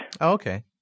Okay